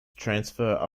transfer